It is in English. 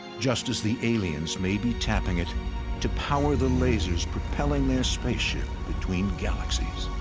just as the aliens may be tapping it to power the lasers propelling their spaceship between galaxies.